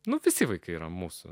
nu visi vaikai yra mūsų